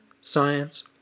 Science